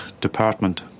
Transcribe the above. department